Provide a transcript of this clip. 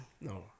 No